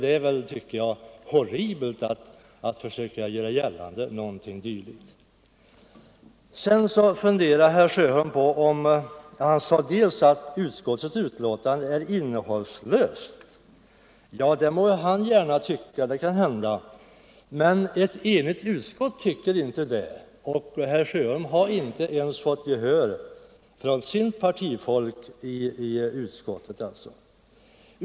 Det är horribelt. Herr Sjöholm sade också att utskottsbetänkandet är innehållslöst. Det må han gärna tycka, men ett enigt utskott tycker inte det, och herr Sjöholm har inte ens fått gehör från sitt partifolk i utskottet.